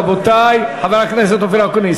רבותי, חבר הכנסת אופיר אקוניס,